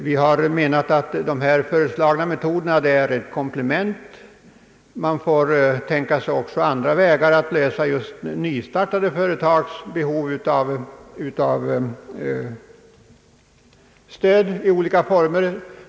Vi har menat att de föreslagna metoderna är ett komplement. Man får tänka sig också andra vägar att tillgodose t.ex. nystartade företags behov av stöd i olika former.